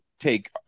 take